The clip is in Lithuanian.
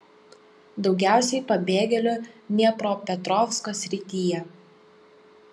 daugiausiai pabėgėlių dniepropetrovsko srityje